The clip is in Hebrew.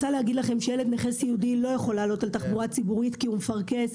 ילד נכה סיעודי לא יכול לעלות על תחבורה ציבורית כי הוא מפרכס,